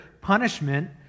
punishment